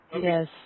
Yes